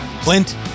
Clint